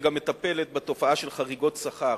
וגם מטפלת בתופעה של חריגות שכר.